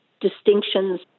distinctions